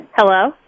Hello